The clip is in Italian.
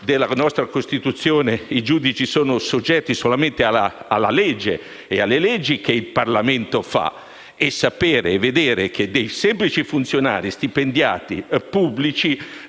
della nostra Costituzione, i magistrati sono soggetti soltanto alla legge e alle leggi che il Parlamento fa e sapere e vedere che dei semplici funzionari pubblici,